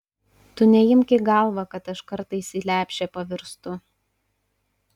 tu neimk į galvą kad aš kartais į lepšę pavirstu